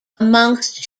amongst